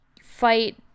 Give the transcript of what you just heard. fight